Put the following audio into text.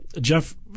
Jeff